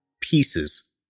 pieces